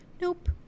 Nope